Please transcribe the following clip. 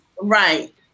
Right